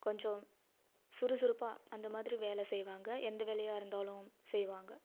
கொஞ்சம் சுறுசுறுப்பாக அந்த மாதிரி வேலை செய்வாங்க எந்த வேலையாக இருந்தாலும் செய்வாங்க